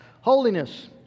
holiness